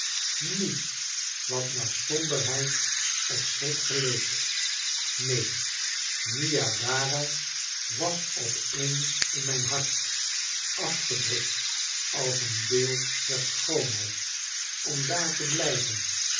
niets wat naar somberheid of schrik geleek neen niagara was op eens in mijn hart afgedrukt als een beeld der schoonheid om daar te blijven